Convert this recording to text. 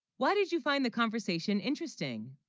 why, did you find the conversation interesting